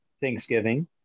Thanksgiving